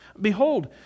Behold